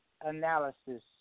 analysis